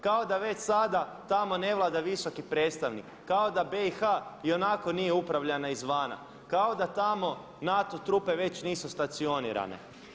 Kao da već sada tamo ne vlada visoki predstavnik, kao da BIH i onako nije upravljana izvana, kao da tamo NATO trupe već nisu stacionirane.